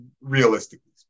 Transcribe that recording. realistically